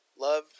love